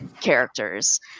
characters